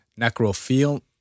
Necro-feel-